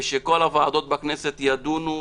ושכל הוועדות בכנסת ידונו,